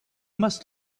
must